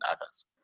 others